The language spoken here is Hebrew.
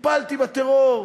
טיפלתי בטרור,